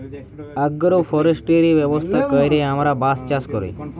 agro forestry ব্যবস্থা ক্যইরে আমরা বাঁশ চাষ ক্যরি